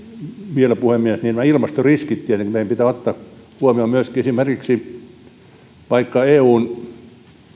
vielä puhemies nämä ilmastoriskit tietenkin meidän pitää ottaa huomioon myöskin esimerkiksi vaikka eun